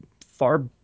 far